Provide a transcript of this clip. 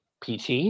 PT